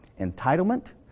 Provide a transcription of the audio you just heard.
Entitlement